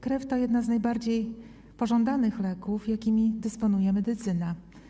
Krew to jeden z najbardziej pożądanych leków, jakimi dysponuje medycyna.